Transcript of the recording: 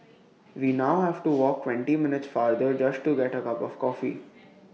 we now have to walk twenty minutes farther just to get A cup of coffee